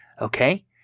okay